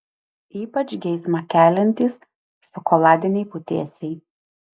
ypač geismą keliantys šokoladiniai putėsiai